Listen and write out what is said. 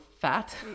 fat